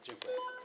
Dziękuję.